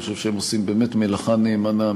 אני חושב שהם עושים באמת מלאכה נאמנה,